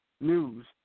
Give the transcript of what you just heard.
news